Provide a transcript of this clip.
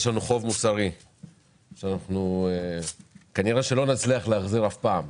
יש לנו חוב מוסרי שכנראה שלא נצליח להחזיר אף פעם,